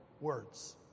words